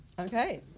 Okay